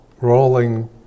rolling